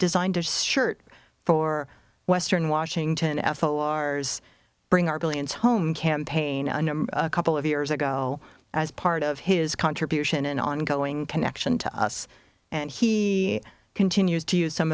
designed a shirt for western washington at the lars bring our billions home campaign and a couple of years ago as part of his contribution an ongoing connection to us and he continues to use some